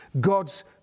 God's